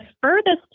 furthest